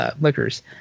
liquors